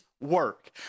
work